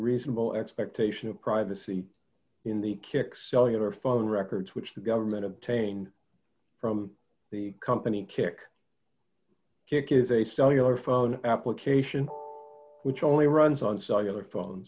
reasonable expectation of privacy in the kick cellular phone records which the government obtained from the company kick kick is a cellular phone application which only runs on cellular phones